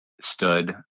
stood